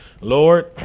Lord